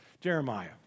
Jeremiah